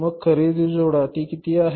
मग खरेदी जोडा ती किती आहे